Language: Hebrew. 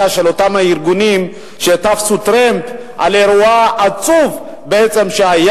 של אותם הארגונים שתפסו טרמפ על האירוע העצוב שהיה.